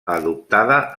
adoptada